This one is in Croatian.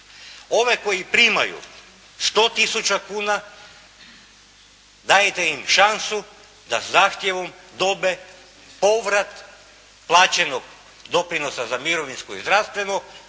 Ove koji primaju 100 tisuća kuna, dajte im šansu da zahtjevom dobe povrat plaćenog doprinosa za mirovinsko i zdravstveno,